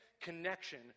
connection